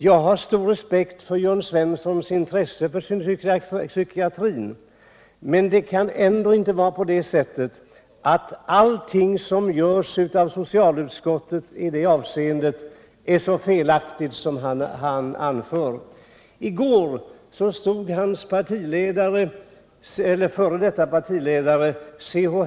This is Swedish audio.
Jag har stor respekt för Jörn Svenssons intresse för psykiatrin, men det kan ändå inte vara så, att allt vad som görs av socialutskottet på detta område är så felaktigt som han säger. I går stod hans förre partiledare C.-H.